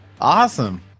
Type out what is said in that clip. Awesome